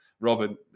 Robin